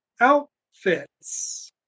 outfits